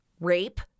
Rape